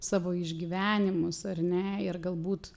savo išgyvenimus ar ne ir galbūt